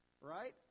right